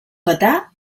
petar